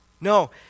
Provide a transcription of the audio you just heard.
No